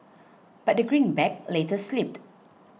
but the greenback later slipped